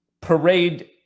parade